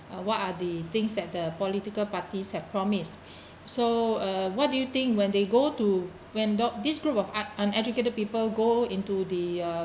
what are the things that the political parties have promised so uh what do you think when they go to when do~ this group of uneducated people go into the uh